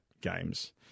games